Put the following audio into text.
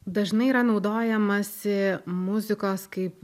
dažnai yra naudojamasi muzikos kaip